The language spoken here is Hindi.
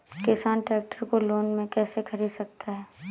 किसान ट्रैक्टर को लोन में कैसे ख़रीद सकता है?